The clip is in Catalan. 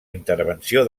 intervenció